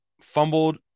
fumbled